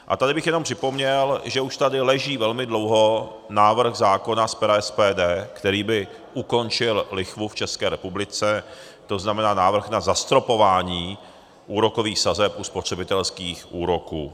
A tady bych jenom připomněl, že už tady leží velmi dlouho návrh zákona z pera SPD, který by ukončil lichvu v České republice, to znamená, návrh na zastropování úrokových sazeb u spotřebitelských úroků.